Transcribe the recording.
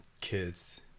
Kids